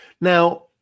Now